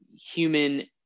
human